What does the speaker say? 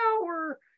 power